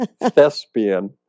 thespian